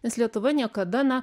nes lietuva niekada na